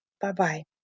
Bye-bye